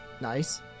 Nice